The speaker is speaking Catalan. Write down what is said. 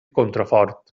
contrafort